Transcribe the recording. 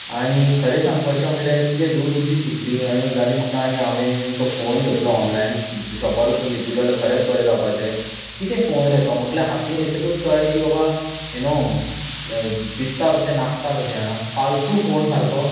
आनी खरें सांगपाचे म्हणल्यार कितें दुरबुध्दी सुचली आनी जाली म्हाका आनी हांवे तो फोन घेतलो ऑनलायन शॉपार वचून घेतिल्लो जाल्यार खरेंच बरें जावपाचे कितें फोन रे तो म्हणजे हातींत येतकच कळ्ळें की बाबा यु नो दिसता तशें नासता कशें जाणा फाल्तू फोन सारको